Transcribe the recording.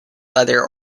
leather